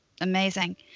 amazing